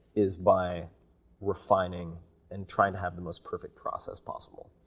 is by refining and trying to have the most perfect process possible.